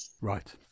Right